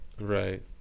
right